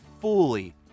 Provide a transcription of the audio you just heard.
fully